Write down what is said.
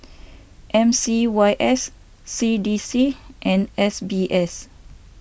M C Y S C D C and S B S